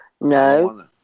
No